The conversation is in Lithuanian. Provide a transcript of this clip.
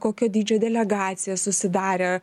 kokio dydžio delegacija susidarė